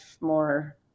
more